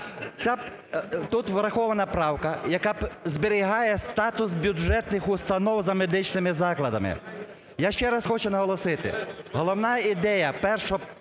Тут врахована правка, яка зберігає статус бюджетних установ за медичними закладами. Я ще раз хочу наголосити: головна ідея першого